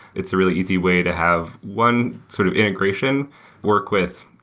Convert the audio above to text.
it's a really easy way to have one sort of integration work with,